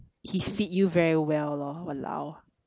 he feed you very well lor !walao!